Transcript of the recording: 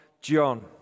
John